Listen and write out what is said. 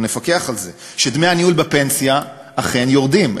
אנחנו נפקח על זה, שדמי הניהול בפנסיה אכן יורדים.